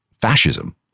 fascism